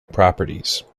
properties